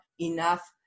enough